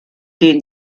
den